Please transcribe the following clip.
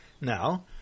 Now